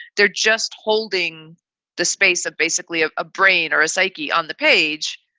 they're just holding the space of basically ah a brain or a psyche on the page.